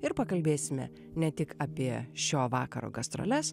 ir pakalbėsime ne tik apie šio vakaro gastroles